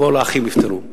כל האחים נפטרו,